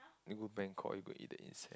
you go Bangkok you got eat the insect